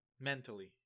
mentally